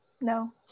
No